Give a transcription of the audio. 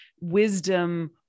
wisdom